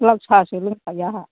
लाल साहासो लोंखायो आंहा